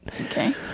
Okay